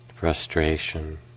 frustration